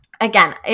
again